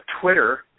Twitter